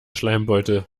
schleimbeutel